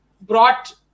brought